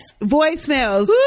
Voicemails